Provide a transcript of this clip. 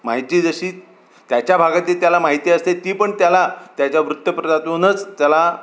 माहिती जशी त्याच्या भागातली त्याला माहिती असते ती पण त्याला त्याच्या वृत्तपत्रातूनच त्याला